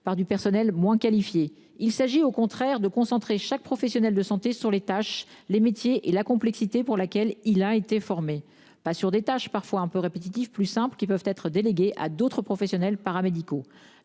par du personnel moins qualifié. Il s'agit au contraire de concentrer chaque professionnel de santé sur les tâches les métiers et la complexité pour laquelle il a été formé, pas sur des tâches, parfois un peu répétitif plus simple qui peuvent être déléguée à d'autres professionnels paramédicaux